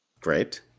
Great